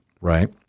right